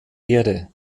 erde